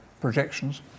projections